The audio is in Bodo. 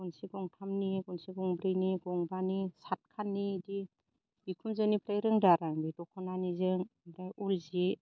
गनसि गंथामनि गनसि गंब्रैनि गंबानि सातखाननि इदि बिखुनजोनिफ्राय रोंदो आरो आं दख'नानिजों ओमफ्राय उल जि